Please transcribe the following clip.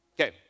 Okay